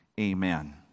Amen